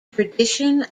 tradition